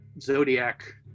zodiac